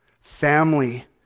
family